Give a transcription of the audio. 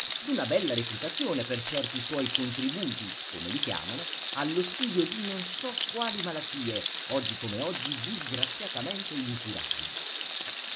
d'una bella reputazione per certi suoi contributi come li chiamano allo studio di non so quali malattie oggi come oggi disgraziatamente incurabili